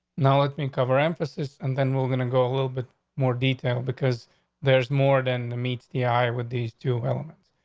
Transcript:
now like i can mean cover emphasis, and then we're gonna go a little bit more detail because there's more than meets the eye with these two elements.